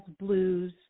blues